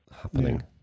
happening